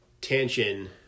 tension